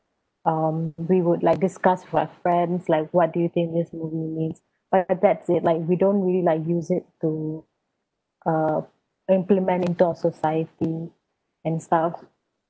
um we would like discuss with our friends like what do you think this movie means but like that's it like we don't really like use it to uh implement into our society and stuff